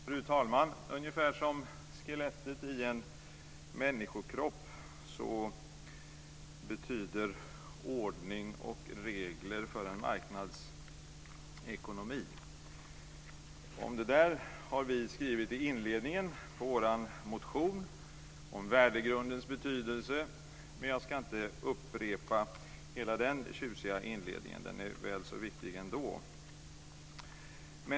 Fru talman! Ordning och regler har ungefär samma betydelse för en marknadsekonomi som skelettet i en människokropp. Det har vi skrivit om i inledningen av vår motion. Vi har skrivit om värdegrundens betydelse. Jag ska inte upprepa hela den tjusiga inledningen, men den är väl så viktig ändå.